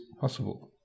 possible